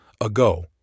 ago